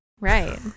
Right